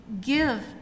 give